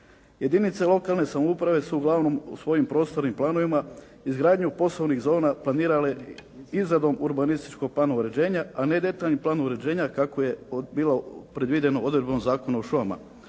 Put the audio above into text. Jedinice lokalne samouprave su uglavnom u svojim prostornim planovima izgradnju poslovnih zona planirale izradom urbanističkog plana uređenja, a ne detaljnim planom uređenja kako je bilo predviđeno odredbom Zakona o šumama.